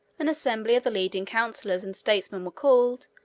an assembly of the leading counselors and statesmen was called,